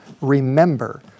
remember